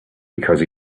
because